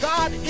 God